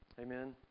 Amen